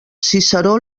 ciceró